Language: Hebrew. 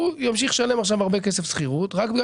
הוא ימשיך לשלם עכשיו הרבה כסף שכירות רק בגלל